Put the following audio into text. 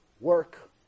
work